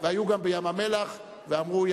אדוני היושב-ראש, קלטת, קלטת, סליחה.